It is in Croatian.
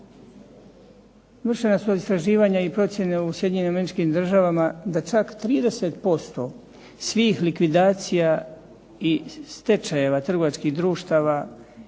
Vršena su istraživanja i procjene u Sjedinjenim Američkim Državama da čak 30% svih likvidacija i stečajeva trgovačkih društava